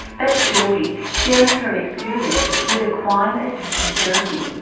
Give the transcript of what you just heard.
that's jordy, sharing her experience with equine assisted therapy.